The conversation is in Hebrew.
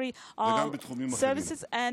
וגם בתחומים אחרים.